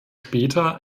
später